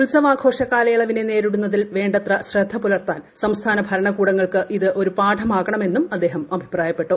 ഉത്സവാ്ഘോഷ കാലയളവിനെ നേരിടുന്നതിൽ വേണ്ടത്ര ശ്രദ്ധ പുലർത്താൻ സംസ്ഥാന ഭരണകൂടങ്ങൾക്ക് ഇത് ഒരു പാഠം ആണെന്നും അദ്ദേഹം പ്രറിഞ്ഞു